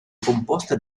composte